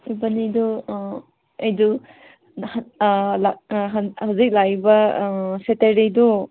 ꯏꯕꯥꯅꯤꯗꯨ ꯑꯩꯗꯨ ꯍꯧꯖꯤꯛ ꯂꯥꯛꯏꯕ ꯁꯦꯇꯔꯗꯦꯗꯣ